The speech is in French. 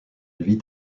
vit